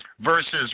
versus